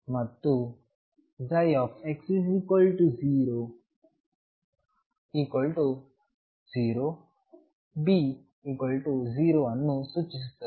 ಮತ್ತು x00 B 0 ಅನ್ನು ಸೂಚಿಸುತ್ತದೆ